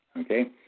okay